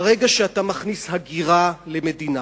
ברגע שאתה מכניס הגירה למדינה,